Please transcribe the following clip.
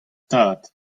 tad